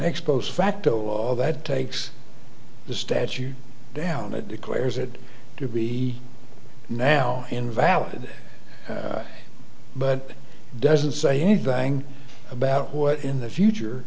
ex post facto all that takes the statute down it declares it to be now invalid but it doesn't say anything about what in the future